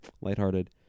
lighthearted